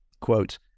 Quote